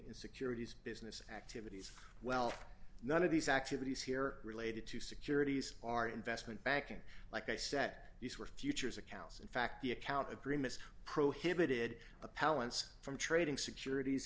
in securities business activities well none of these activities here are related to securities are investment banking like a set these were futures accounts in fact the account agreements prohibited appellants from trading securities